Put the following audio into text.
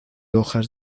hojas